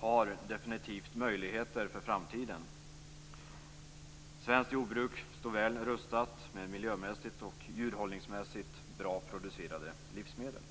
har definitivt möjligheter för framtiden. Svenskt jordbruk står väl rustat med miljömässigt och djurhållningsmässigt bra producerade livsmedel.